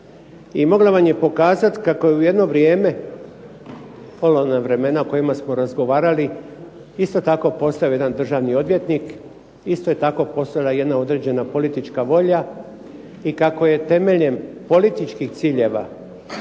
I moglo vam je pokazat kako u jedno vrijeme, polovna vremena o kojima smo razgovarali isto tako je postojao jedan državni odvjetnik, isto je tako postojala jedna određena politička volja i kako je temeljem političkih ciljeva